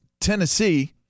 Tennessee